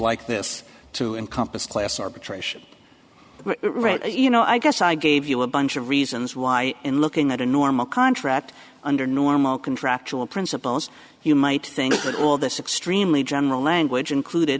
like this to encompass class arbitration you know i guess i gave you a bunch of reasons why in looking at a normal contract under normal contractual principles you might think that all this extremely general language included